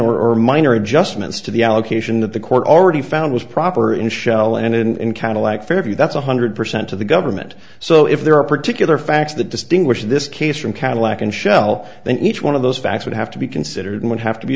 mitigation or minor adjustments to the allocation that the court already found was proper in shell and cadillac fairview that's one hundred percent of the government so if there are particular facts to distinguish this case from cadillac and shell then each one of those facts would have to be considered and would have to be